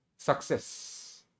Success